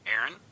Aaron